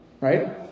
right